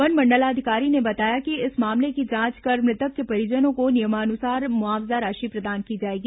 one मंडलाधिकारी ने बताया कि इस मामले की जांच कर मृतक के परिजनों को नियमानुसार मुआवजा राशि प्रदान की जाएगी